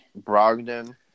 Brogdon